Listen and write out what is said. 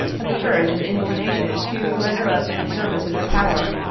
had the courage and inclina tion to render us any service in their power,